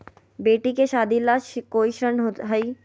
बेटी के सादी ला कोई ऋण हई?